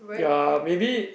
ya maybe